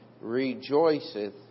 rejoiceth